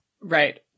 Right